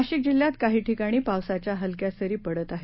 नाशिक जिल्ह्यात काही ठिकाणी पावसाच्या हलक्या सरी पडत आहेत